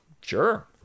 Sure